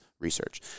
Research